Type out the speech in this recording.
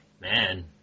Man